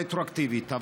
רטרואקטיבית.